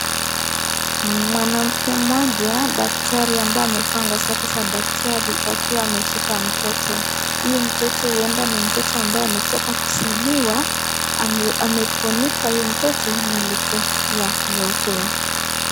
Mwanamke mmoja daktari ambaye amevaa nguo za kidaktari akiwa ameshika mtoto. Huyu moto huenda ni mtoto ambaye ametoka kuzaliwa amefunika huyu mtoto na leso ya nyeupe.